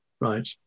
Right